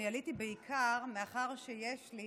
אני עליתי בעיקר מאחר שיש לי